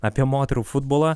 apie moterų futbolą